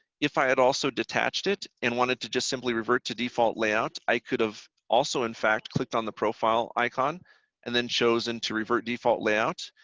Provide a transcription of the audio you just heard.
if i had also detached it and wanted to just simply revert to default layout, i could've also in fact clicked on the profile icon and then chosen to revert default layout,